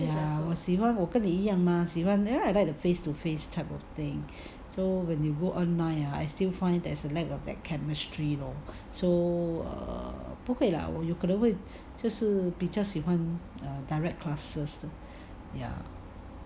我喜欢我跟你一样 mah 我喜欢 you know I like face to face type of thing so when you go online ah I still find there's a lack of that chemistry lor so err 不可以 lah 我有可能会就是比较喜欢 direct classes ya